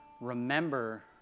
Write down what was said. remember